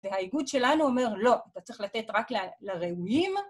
והאיגוד שלנו אומר, לא, אתה צריך לתת רק לראויים.